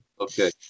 Okay